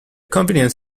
convenience